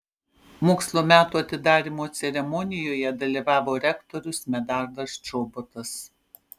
mokslo metų atidarymo ceremonijoje dalyvavo rektorius medardas čobotas